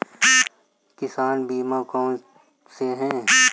किसान बीमा कौनसे हैं?